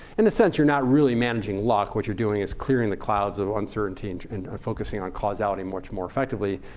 in a sense you're not really managing luck. what you're doing is clearing the clouds of uncertainty and and focusing on causality much more effectively.